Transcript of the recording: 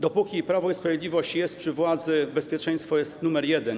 Dopóki Prawo i Sprawiedliwość jest przy władzy, bezpieczeństwo jest numerem jeden.